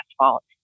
asphalt